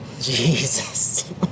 Jesus